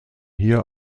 hier